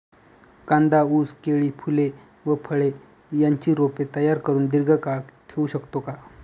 कांदा, ऊस, केळी, फूले व फळे यांची रोपे तयार करुन दिर्घकाळ ठेवू शकतो का?